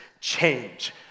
change